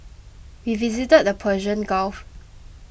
we visited the Persian Gulf